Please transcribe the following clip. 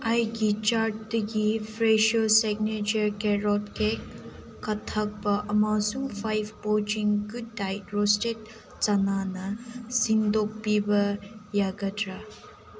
ꯑꯩꯒꯤ ꯆꯥꯔꯠꯇꯒꯤ ꯐ꯭ꯔꯦꯁꯣ ꯁꯤꯛꯅꯦꯆꯔ ꯀꯦꯔꯣꯠ ꯀꯦꯛ ꯀꯛꯊꯠꯄ ꯑꯃꯁꯨꯡ ꯐꯥꯏꯚ ꯄꯣꯆꯤꯡ ꯒꯨꯗ ꯗꯥꯏꯠ ꯔꯣꯁꯇꯦꯠ ꯆꯅꯥꯅ ꯁꯤꯟꯗꯣꯛꯄꯤꯕ ꯌꯥꯒꯗ꯭ꯔꯥ